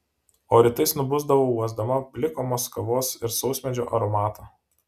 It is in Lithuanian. o rytais nubusdavau uosdama plikomos kavos ir sausmedžio aromatą